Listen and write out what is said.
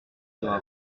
sera